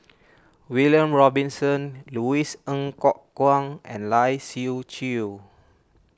William Robinson Louis Ng Kok Kwang and Lai Siu Chiu